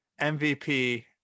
MVP